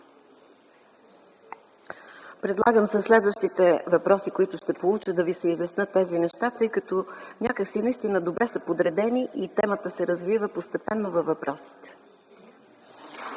Предлагам със следващите въпроси, които ще получа, да ви се изясня по тези неща, защото някак си добре са подредени и темата се развива постепенно във въпросите.